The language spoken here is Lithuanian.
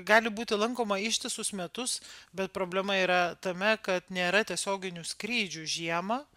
gali būti lankoma ištisus metus bet problema yra tame kad nėra tiesioginių skrydžių žiemą